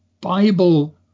Bible